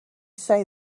say